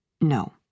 No